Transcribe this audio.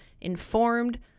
informed